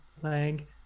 playing